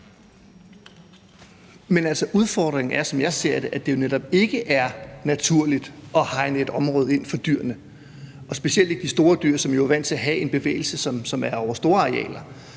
jeg ser det, at det jo netop ikke er naturligt at hegne et område ind for dyrene, specielt ikke de store dyr, som jo er vant til at bevæge sig over store arealer.